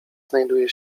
znajduje